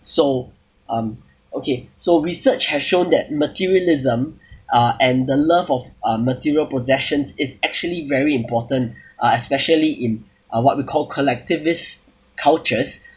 so um okay so research has shown that materialism uh and the love of uh material possessions is actually very important uh especially in uh what we called collectivist cultures